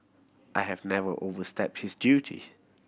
I have never overstepped this duty